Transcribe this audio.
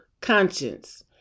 conscience